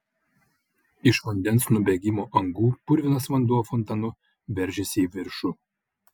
iš vandens nubėgimo angų purvinas vanduo fontanu veržėsi į viršų